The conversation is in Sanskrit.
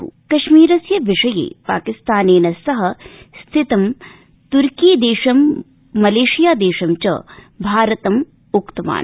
कश्मीर कश्मीरस्य विषये पाकिस्तानेन सह स्थितं तुर्की देशं मलेशिया देशं च भारतं उक्तवान